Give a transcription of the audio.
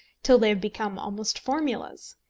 till they have become almost formulas?